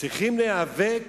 צריכים להיאבק